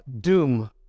Doom